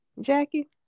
Jackie